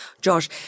Josh